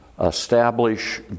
establish